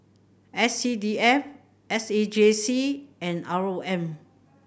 S C D F S A J C and R O M